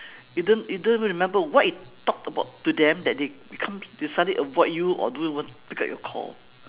you don't you don't even remember what you talk about to them that they become they suddenly avoid you or don't even pick up your call